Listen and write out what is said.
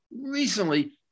recently